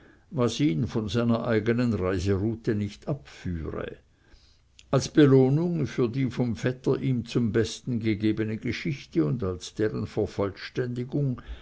was ihn von seiner eigenen reiseroute nicht abführe als belohnung für die vom vetter ihm zum besten gegebene geschichte und als deren vervollständigung